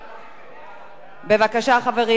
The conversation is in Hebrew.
חברים,